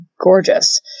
gorgeous